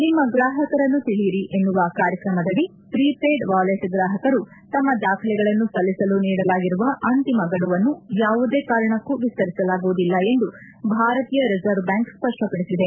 ನಿಮ್ಮ ಗ್ರಾಹಕರನ್ನು ತಿಳಿಯಿರಿ ಎನ್ನುವ ಕಾರ್ಯಕ್ರಮದಿ ಪ್ರಿಪೇಯ್ಡ್ ವಾಲೆಟ್ ಗ್ರಾಹಕರು ತಮ್ಮ ದಾಖಲೆಗಳನ್ನು ಸಲ್ಲಿಸಲು ನೀಡಲಾಗಿರುವ ಅಂತಿಮ ಗಡುವನ್ನು ಯಾವುದೇ ಕಾರಣಕ್ಕೂ ವಿಸ್ತರಿಸಲಾಗುವುದಿಲ್ಲ ಎಂದು ಭಾರತೀಯ ರಿಸರ್ವ್ ಬ್ಯಾಂಕ್ ಸ್ಪಡ್ನಪಡಿಸಿದೆ